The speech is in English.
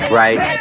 right